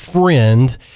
friend